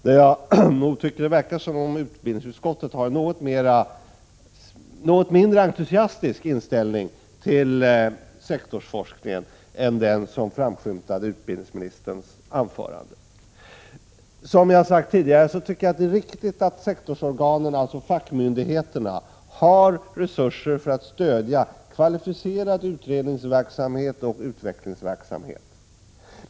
Det verkar som om utbildningsutskottet har en något mindre entusiastisk inställning till sektorsforskningen än den som framskymtade i utbildningsministerns anförande. Som jag sagt tidigare är det riktigt att sektorsorganen, dvs. fackmyndigheterna, har resurser för att stödja kvalificerad utredningsverksamhet och utvecklingsverksamhet.